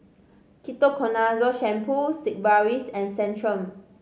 Ketoconazole Shampoo Sigvaris and Centrum